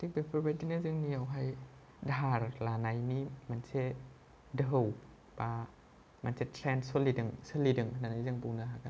थिक बेफोरबादिनो जोंनियावहाय दाहार लानायनि मोनसे दोहौ बा मोनसे ट्रेन्स सोलिदों होन्नानै जों बुंनो हागोन